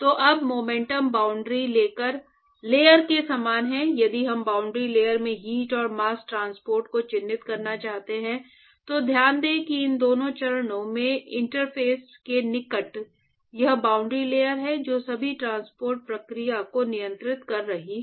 तो अब momentum boundary layer के समान है यदि हम बाउंड्री लेयर में हीट और मास्स ट्रांसपोर्ट को चिह्नित करना चाहते हैं तो ध्यान दें कि इन दो चरणों के इंटरफेस के निकट यह बाउंड्री लेयर है जो सभी ट्रांसपोर्ट प्रक्रियाएं को नियंत्रित कर रही है